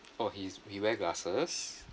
oh he's he wear glasses